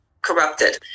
corrupted